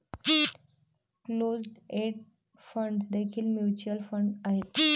closed end funds देखील mutual fund आहेत